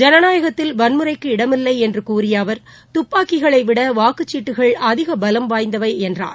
ஜனநாயகத்தில் வன்முறைக்கு இடமில்லை என்று கூறிய அவர் தப்பாக்கிகளைவிட வாக்குச்சீட்டுகள் அதிக பலம் வாய்ந்தவை என்றார்